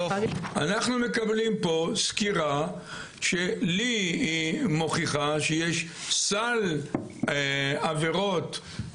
אנחנו מקבלים פה סקירה שלי היא מוכיחה שיש סל עבירות,